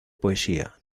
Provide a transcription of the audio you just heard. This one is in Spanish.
poesía